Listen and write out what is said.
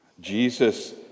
Jesus